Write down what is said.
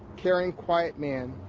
caring, quiet man.